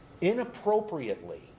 inappropriately